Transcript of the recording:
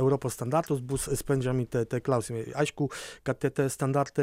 europos standartus bus sprendžiami klausimai aišku kad tie standartai